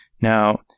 Now